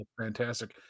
Fantastic